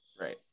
Right